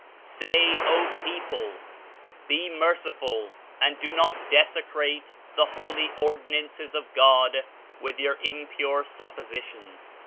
say, o people be merciful and do not desecrate the holy ordinances of god with your impure suppositions,